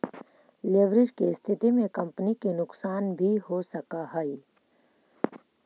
leverage के स्थिति में कंपनी के नुकसान भी हो सकऽ हई